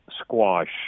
squash